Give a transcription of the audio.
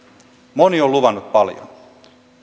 moni on luvannut paljon